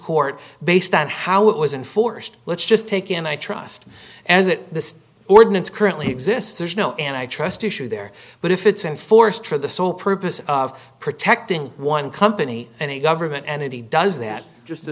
court based on how it was in forced let's just take in i trust as it the ordinance currently exists there's no and i trust issue there but if it's enforced for the sole purpose of protecting one company and a government entity does that